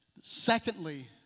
Secondly